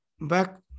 back